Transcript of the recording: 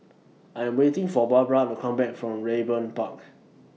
I'm waiting For Barbra to Come Back from Raeburn Park